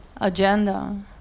agenda